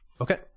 Okay